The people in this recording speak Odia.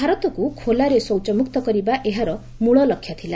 ଭାରତକୁ ଖୋଲାରେ ଶୌଚମୁକ୍ତ କରିବା ଏହାର ମୂଳ ଲକ୍ଷ୍ୟ ଥିଲା